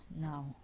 now